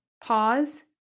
pause